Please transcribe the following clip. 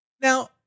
Now